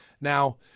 Now